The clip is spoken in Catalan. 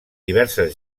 diverses